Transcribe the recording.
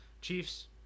Chiefs